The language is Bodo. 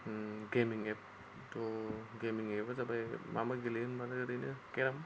गेमिं एप त' गेमिं एपआ जाबाय मा मा गेलेयो होनब्लाथाय ओरैनो केराम